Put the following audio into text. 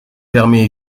permet